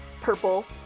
purple